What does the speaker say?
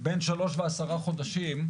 בן שלוש ועשרה חודשים,